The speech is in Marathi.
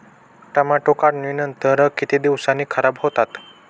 टोमॅटो काढणीनंतर किती दिवसांनी खराब होतात?